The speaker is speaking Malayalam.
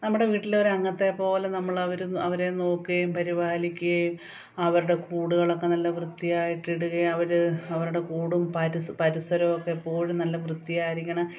നമ്മുടെ വീട്ടില് ഒരംഗത്തെ പോലെ നമ്മള് അവര് അവരെ നോക്കുകയും പരിപാലിക്കുകയും അവരുടെ കൂടുകളൊക്കെ നല്ല വൃത്തിയായിട്ട് ഇടുകയും അവര് അവരുടെ കൂടും പരിസ പരിസരം ഒക്കെ എപ്പോഴും നല്ല വൃത്തിയായിരിക്കണം